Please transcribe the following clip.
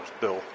bill